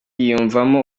yiyumvamo